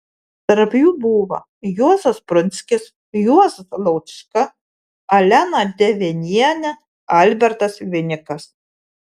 tarp jų buvo juozas prunskis juozas laučka alena devenienė albertas vinikas